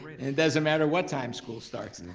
it and doesn't matter what time school starts.